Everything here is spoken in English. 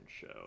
show